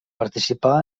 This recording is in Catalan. participà